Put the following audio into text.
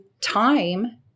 time